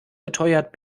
beteuert